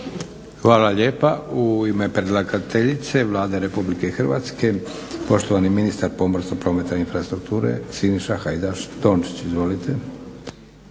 Hvala lijepa. U ime predlagateljice Vlade RH poštovani ministar pomorstva, prometa i infrastrukture Siniša Hajdaš Dončić. Izvolite. **Hajdaš